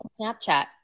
Snapchat